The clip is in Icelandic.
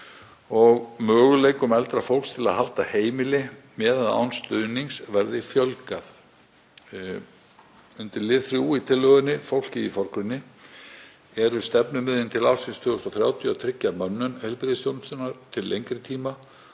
og möguleikum eldra fólks til að halda heimili með eða án stuðnings verði fjölgað. Undir lið 3 í tillögunni, Fólkið í forgrunni, eru stefnumiðin til ársins 2030 að tryggja mönnun heilbrigðisþjónustunnar til lengri tíma